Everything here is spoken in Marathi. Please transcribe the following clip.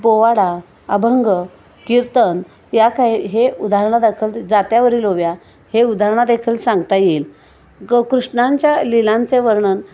पोवाडा अभंग कीर्तन या काही हे उदाहारणा दाखल जात्यावरील ओव्या हे उदाहरणा देखील सांगता येईल ग कृष्णांच्या लीलांचे वर्णन